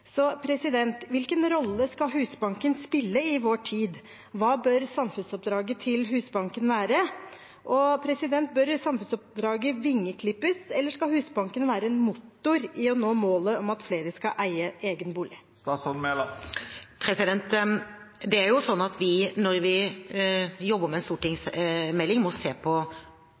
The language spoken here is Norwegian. Hvilken rolle skal Husbanken spille i vår tid? Hva bør Husbankens samfunnsoppdrag være? Bør samfunnsoppdraget vingeklippes, eller skal Husbanken være en motor i å nå målet om at flere skal eie sin egen bolig? Når vi jobber med en stortingsmelding, må vi se på alle verktøyene vi har, og måten vi jobber på. Vi må